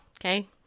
Okay